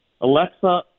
alexa